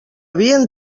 havien